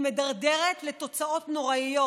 היא מדרדרת לתוצאות נוראיות,